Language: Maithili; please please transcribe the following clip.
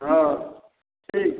हँ ठीक